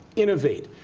innovate.